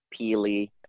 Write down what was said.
Peely